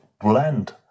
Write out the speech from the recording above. blend